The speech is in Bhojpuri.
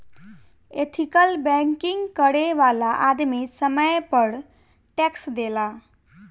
एथिकल बैंकिंग करे वाला आदमी समय पर टैक्स देला